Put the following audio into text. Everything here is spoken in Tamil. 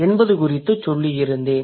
என்பது குறித்துச் சொல்லியிருந்தேன்